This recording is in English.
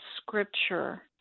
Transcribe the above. Scripture